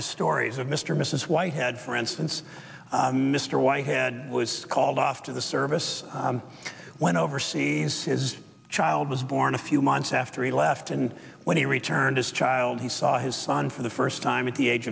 the stories of mr mrs whitehead for instance mr whitehead was called off to the service went overseas his child was born a few months after he left and when he returned as a child he saw his son for the first time at the age